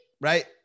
Right